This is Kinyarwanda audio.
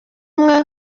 umwe